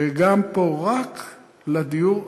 וגם פה, רק לדיור הציבורי,